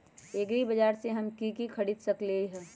एग्रीबाजार से हम की की खरीद सकलियै ह?